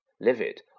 livid